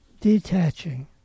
detaching